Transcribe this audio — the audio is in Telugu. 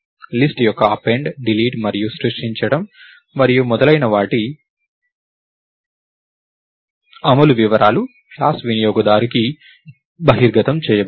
లిస్ట్ యొక్క అపెండ్ డిలీట్ మరియు సృష్టించడం మరియు మొదలైన వాటి అమలు వివరాలు క్లాస్ వినియోగదారుకు బహిర్గతం చేయబడవు